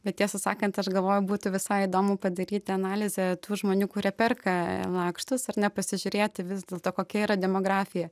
bet tiesą sakant aš galvoju būtų visai įdomu padaryti analizę tų žmonių kurie perka lakštus ar ne pasižiūrėti vis dėlto kokia yra demografija